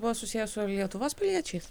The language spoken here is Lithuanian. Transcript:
buvo susiję su lietuvos piliečiais